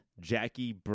Jackie